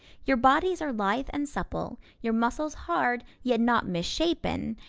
your bodies are lithe and supple, your muscles hard yet not misshapen,